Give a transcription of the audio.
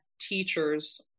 teachers